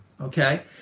okay